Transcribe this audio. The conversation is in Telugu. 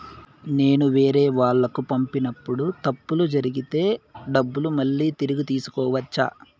నేను వేరేవాళ్లకు పంపినప్పుడు తప్పులు జరిగితే డబ్బులు మళ్ళీ తిరిగి తీసుకోవచ్చా?